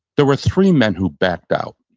there were three men who backed out.